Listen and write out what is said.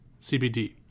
CBD